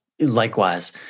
Likewise